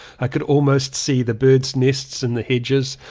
i could almost see the birds' nests in the hedges,